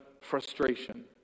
frustration